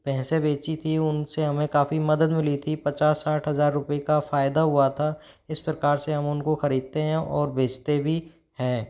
भैंसे बेची थी उन से हमें काफ़ी मदद मिली थी पचास साठ हज़ार रुपये का फ़ायदा हुआ था इस प्रकार से हम उन को ख़रीदते हैं और बेजते भी हैं